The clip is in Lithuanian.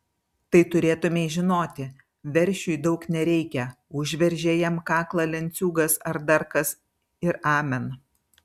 tai turėtumei žinoti veršiui daug nereikia užveržė jam kaklą lenciūgas ar dar kas ir amen